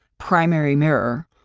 primary mirror.